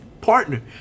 partner